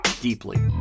deeply